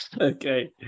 Okay